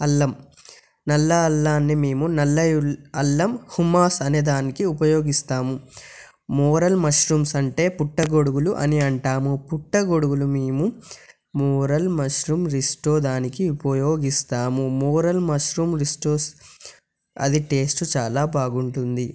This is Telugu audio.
అల్లం నల్ల అల్లాని మేము నల్ల అల్లం హుమాస్ అనే దానికి ఉపయోగిస్తాము మోరల్ మష్రూమ్స్ అంటే పుట్టగొడుగులు అని అంటాము పుట్టగొడుగులు మేము మోరల్ మష్రూమ్ రిస్టోస్ దానికి ఉపయోగిస్తాము మోరల్ మష్రూమ్ రిస్టోస్ అది టేస్ట్ చాలా బాగుంటుంది